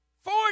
Four